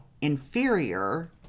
inferior